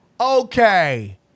okay